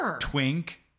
Twink